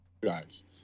guys